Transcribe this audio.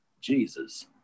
Jesus